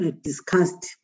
discussed